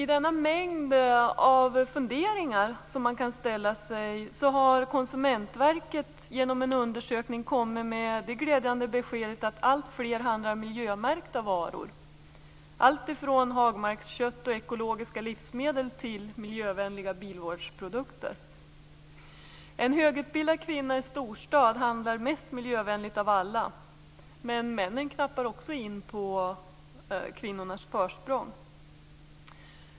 I denna mängd av funderingar har Konsumentverket efter en undersökning kommit med det glädjande beskedet att alltfler handlar miljömärkta varor, alltifrån hagmarkskött och ekologiska livsmedel till miljövänliga bilvårdsprodukter. En högutbildad kvinna i storstad handlar mest miljövänligt av alla, men männen knappar in på kvinnornas försprång.